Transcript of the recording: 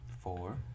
Four